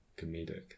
comedic